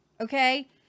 Okay